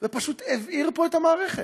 ופשוט הבעיר פה את המערכת,